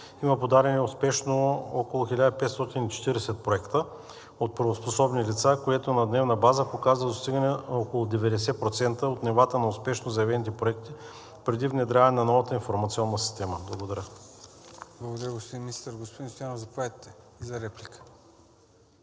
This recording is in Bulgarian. има подадени успешно около 1540 проекта от правоспособни лица, което на дневна база показва достигане на около 90% от нивата на успешно заявените проекти преди внедряване на новата информационна система. Благодаря. ПРЕДСЕДАТЕЛ ЦОНЧО ГАНЕВ: Благодаря, господин Министър. Господин Стоянов, заповядайте за реплика.